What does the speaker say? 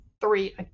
three